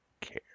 care